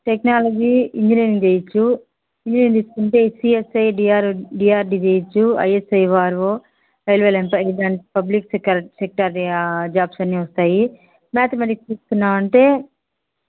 technology engineering చెయ్యచ్చు engineering తీసుకుంటే CSI DR DRD చెయ్యచ్చు ఐఎస్ఐ వారు రైల్వే ఎంప్ల పబ్లిక్ సెక్టార్ సెక్టార్ జాబ్స్ అన్నీ వస్తాయి మ్యాథమేటిక్స్ తీసుకున్నావంటే